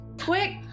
Quick